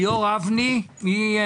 ליאור אבני.